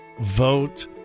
vote